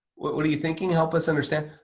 what were you thinking? help us understand.